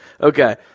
Okay